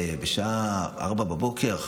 בשעה 04:00,